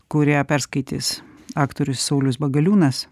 kurią perskaitys aktorius saulius bagaliūnas